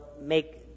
make